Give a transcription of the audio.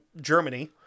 Germany